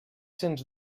sens